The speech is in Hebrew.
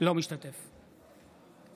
אינו משתתף בהצבעה